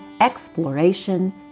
exploration